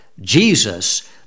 Jesus